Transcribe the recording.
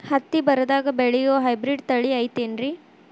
ಹತ್ತಿ ಬರದಾಗ ಬೆಳೆಯೋ ಹೈಬ್ರಿಡ್ ತಳಿ ಐತಿ ಏನ್ರಿ?